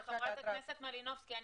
חברת הכנסת מלינובסקי,